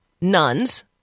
nuns